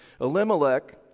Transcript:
Elimelech